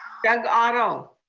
doug otto.